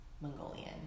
Mongolian